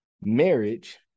marriage